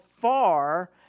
far